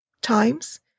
times